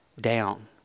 down